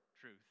truth